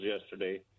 yesterday